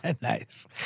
Nice